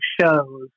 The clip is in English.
shows